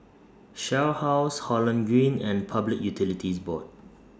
Shell House Holland Green and Public Utilities Board